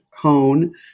hone